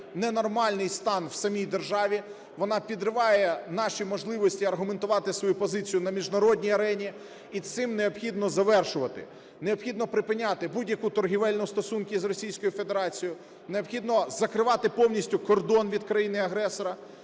ненормальний стан в самій державі. Вона підриває наші можливості аргументувати свою позицію на міжнародні арені, і з цим необхідно завершувати. Необхідно припиняти будь-які торговельні стосунки з Російською Федерацією, необхідно закривати повністю кордон від країни-агресора,